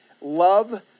Love